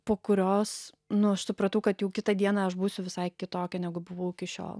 po kurios nu aš supratau kad jau kitą dieną aš būsiu visai kitokia negu buvau iki šiol